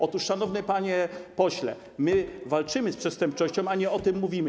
Otóż, szanowny panie pośle, my walczymy z przestępczością, a nie o tym mówimy.